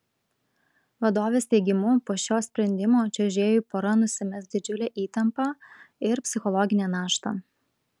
vadovės teigimu po šio sprendimo čiuožėjų pora nusimes didžiulę įtampą ir psichologinę naštą